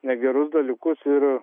negerus dalykus ir